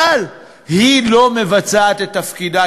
אבל היא לא מבצעת את תפקידה,